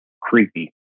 creepy